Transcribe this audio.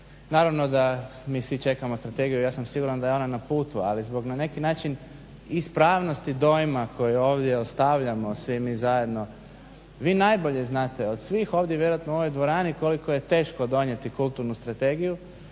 Naravno da mi svi čekamo strategiju, ja sam siguran da je ona na putu ali zbog na neki način ispravnosti dojma koji ovdje ostavljamo svi mi zajedno, vi najbolje znate od svih ovdje vjerojatno u ovoj dvorani koliko je teško donijeti kulturnu strategiju